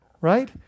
right